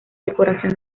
decoración